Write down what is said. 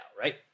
right